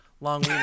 long